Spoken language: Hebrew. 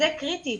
זה קריטי.